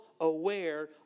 aware